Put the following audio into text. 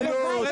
אופיר,